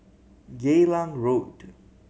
Geylang Road